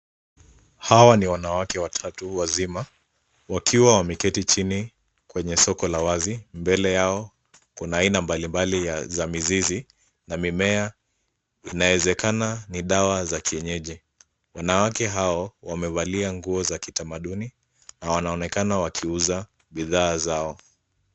Hawa ni wanawake watatu wazima wakiwa Wameketi chini kwenye soko la wazi. Mbele yao kuna aina mbalimbali za mizizi na mimea. Inawezekana ni dawa za kienyeji. Wanawake hao wamevalia nguo za kitamaduni na wanaonekana wakiuza bidhaa zao.